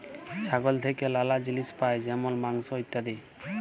ছাগল থেক্যে লালা জিলিস পাই যেমল মাংস, ইত্যাদি